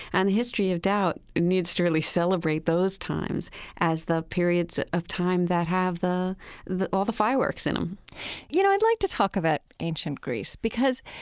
and the history of doubt needs to really celebrate those times as the periods of time that have the the all the fireworks in them you know, i'd like to talk about ancient greece, because